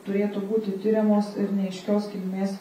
turėtų būti tiriamos ir neaiškios kilmės